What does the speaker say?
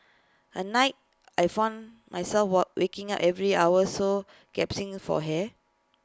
at night I found myself war waking up every hour or so gasping for hair